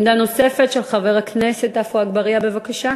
עמדה נוספת, של חבר הכנסת עפו אגבאריה, בבקשה.